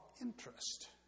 interest